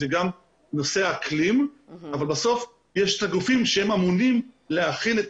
הוא נושא האקלים אבל בסוף יש את הגופים שהם אמונים להכין את